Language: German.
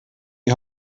die